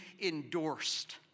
endorsed